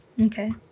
okay